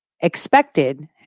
expected